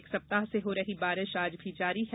एक सप्ताह से हो रही बारिश आज भी जारी है